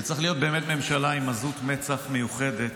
וצריך להיות באמת ממשלה עם עזות מצח מיוחדת